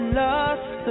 lost